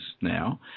now